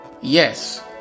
yes